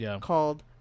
called